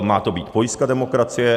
Má to být pojistka demokracie.